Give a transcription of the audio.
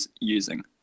using